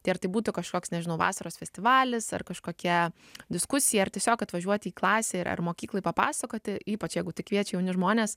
tai ar būtų kažkoks nežinau vasaros festivalis ar kažkokie diskusija ar tiesiog atvažiuoti į klasę ir ar mokykloj papasakoti ypač jeigu tai kviečia jauni žmonės